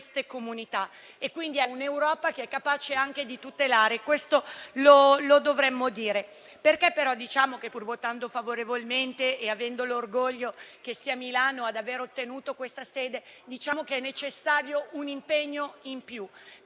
comunità e a un'Europa capace anche di tutelare. Questo lo dobbiamo dire. Pur votando favorevolmente e avendo l'orgoglio che sia Milano ad aver ottenuto questa sede, diciamo che è necessario un impegno in più.